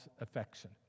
affection